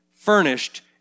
furnished